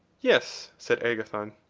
yes, said agathon.